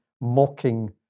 mocking